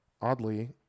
Oddly